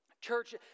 Church